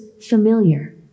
familiar